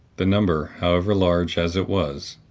the number, however large as it was,